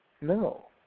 No